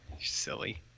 Silly